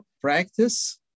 practice